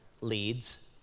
leads